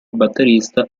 batterista